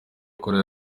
koreya